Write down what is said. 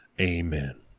Amen